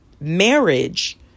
marriage